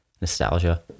Nostalgia